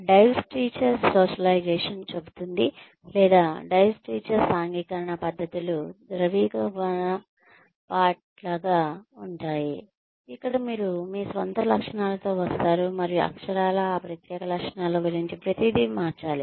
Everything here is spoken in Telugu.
డైవ్స్టీచర్ సోషలైజేషన్ చెబుతుంది లేదా డైవ్స్టీచర్ సాంఘికీకరణ పద్ధతులు ద్రవీభవన పాట్ లాగా ఉంటాయి ఇక్కడ మీరు మీ స్వంత లక్షణాలతో వస్తారు మరియు అక్షరాలా ఆ ప్రత్యేక లక్షణాల గురించి ప్రతిదీ మార్చాలి